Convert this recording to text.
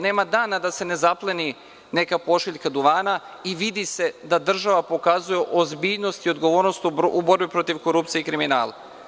Nema dana da se ne zapleni neka pošiljka duvana i vidi se da država pokazuje ozbiljnost i odgovornost u borbi protiv korupcije i kriminala.